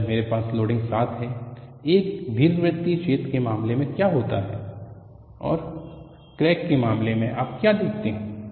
और जब मेरे पास लोडिंग 7 है एक दीर्घवृत्तीय छेद के मामले में क्या होता है और क्रैक के मामले में आप क्या देखते हैं